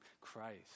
Christ